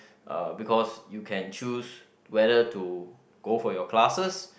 uh because you can choose whether to go for your classes